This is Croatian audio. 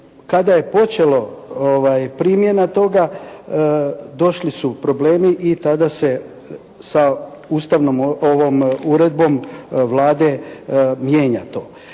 kada je počela primjena toga došli su problemi i tada se sa uredbom Vlade mijenja to.